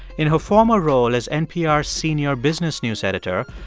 in her former role as npr's senior business news editor,